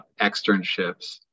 externships